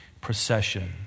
procession